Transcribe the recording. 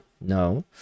no